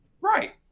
Right